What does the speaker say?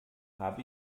habe